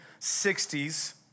60s